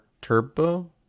turbo